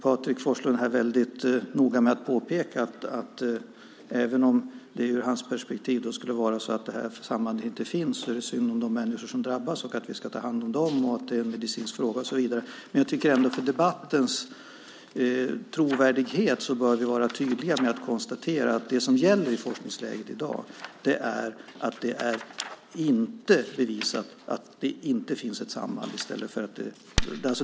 Patrik Forslund var noga med att påpeka att även om det ur hans perspektiv skulle vara så att sambandet inte finns är det synd om de människor som drabbas. Vi ska ta hand om dem, detta är en medicinsk fråga och så vidare, säger han. Men för debattens trovärdighet bör vi vara tydliga med att konstatera att det som gäller i forskningsläget i dag är att det inte är bevisat att det inte finns ett samband i stället.